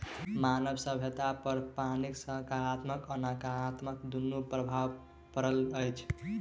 मानव सभ्यतापर पानिक साकारात्मक आ नाकारात्मक दुनू प्रभाव पड़ल अछि